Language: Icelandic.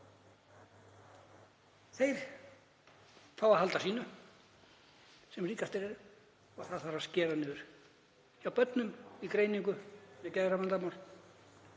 Þeir fá að halda sínu sem ríkastir eru en það þarf að skera niður hjá börnum í greiningu, með geðræn vandamál,